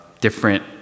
different